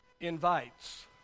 invites